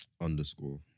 underscore